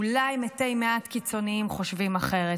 אולי מתי מעט קיצונים חושבים אחרת,